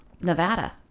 Nevada